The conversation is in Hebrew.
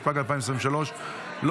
התשפ"ג 2023,